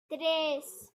tres